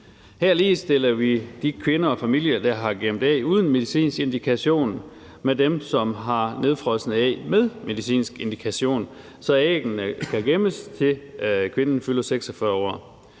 Her ligestiller vi de kvinder og familier, der har gemt æg uden medicinsk indikation, med dem, som har nedfrosne æg med medicinsk indikation, så æggene kan gemmes, til kvinden fylder 46 år.